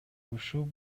ушул